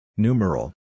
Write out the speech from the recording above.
Numeral